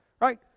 Right